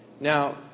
Now